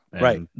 right